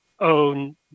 own